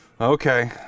Okay